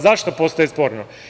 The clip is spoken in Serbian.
Zašto postaje sporno?